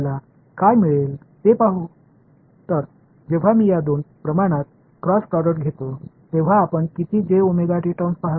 எனவே இந்த இரண்டு அளவுகளுக்கு இடையில் நான் கிராஸ் ப்ராடக்ட் எடுக்கும்போது எத்தனை வெளிப்பாடுகளை கவனிப்பீர்கள்